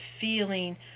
feeling